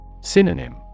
Synonym